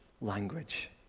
language